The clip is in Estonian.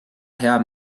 hea